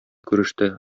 күреште